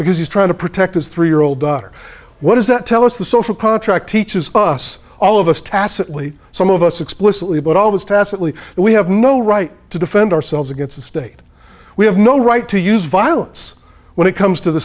because he's trying to protect his three year old daughter what does that tell us the social contract teaches us all of us tacitly some of us explicitly but always tacitly we have no right to defend ourselves against the state we have no right to use violence when it comes to the